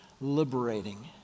liberating